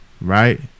right